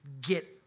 get